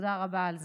ותודה רבה על זה.